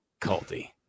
culty